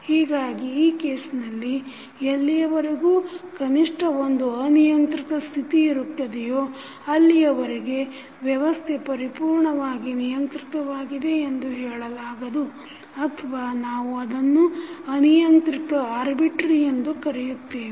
ಹೀಗಾಗಿ ಈ ಕೇಸ್ನಲ್ಲಿ ಎಲ್ಲಿಯವರೆಗೂ ಕನಿಷ್ಠ ಒಂದು ಅನಿಯಂತ್ರಿತ ಸ್ಥಿತಿಯಿರುತ್ತದೆಯೋ ಅಲ್ಲಿಯವರೆಗೆ ವ್ಯವಸ್ಥೆ ಪರಿಪೂರ್ಣವಾಗಿ ನಿಯಂತ್ರಿತವಾಗಿದೆ ಎಂದು ಹೇಳಲಾಗದು ಅಥವಾ ನಾವು ಅದನ್ನು ಅನಿಯಂತ್ರಿತ ಎಂದು ಕರೆಯುತ್ತೇವೆ